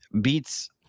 beats